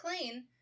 clean